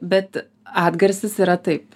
bet atgarsis yra taip